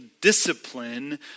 discipline